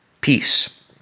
peace